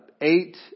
eight